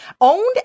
Owned